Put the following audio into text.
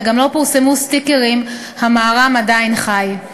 וגם לא פורסמו סטיקרים "המהר"ם עדיין חי".